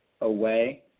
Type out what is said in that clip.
away